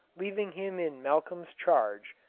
leaving him in malcolm's charge,